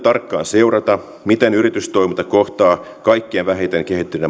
seurata tarkkaan miten yritystoiminta kohtaa kaikkein vähiten kehittyneiden